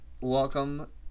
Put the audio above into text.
Welcome